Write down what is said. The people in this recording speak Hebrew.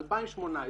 2018,